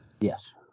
Yes